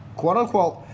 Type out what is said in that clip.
quote-unquote